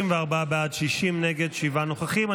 34 בעד, 60 נגד, שבעה נוכחים.